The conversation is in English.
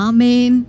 Amen